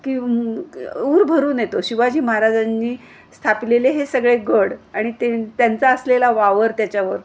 की उर भरून येतो शिवाजी महाराजांनी स्थापिलेले हे सगळे गड आणि ते त्यांचा असलेला वावर त्याच्यावर